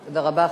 תודה רבה.